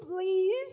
please